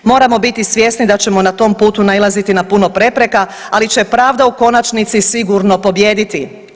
Moramo biti svjesni da ćemo na tom putu nailaziti na puno prepreka, ali će pravda u konačnici sigurno pobijediti.